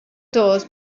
doors